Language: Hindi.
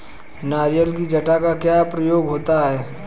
नारियल की जटा का क्या प्रयोग होता है?